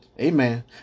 Amen